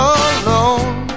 alone